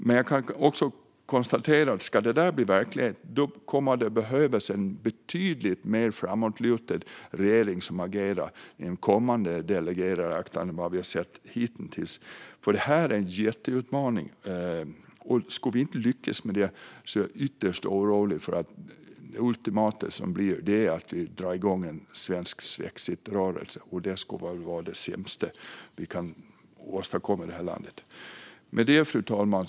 Men jag kan också konstatera att om detta ska bli verklighet kommer det att behövas en betydligt mer framåtlutad regering som agerar i en kommande delegerad akt än vad vi hittills har sett. Detta är nämligen en jätteutmaning. Skulle vi inte lyckas med detta är jag ytterst orolig över att det ultimata som kan ske är att vi drar igång en svensk svexitrörelse, och det skulle vara det sämsta vi kan åstadkomma i detta land. Fru talman!